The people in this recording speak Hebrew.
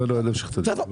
אני לא אמשיך את הדיון.